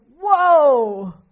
whoa